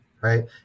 right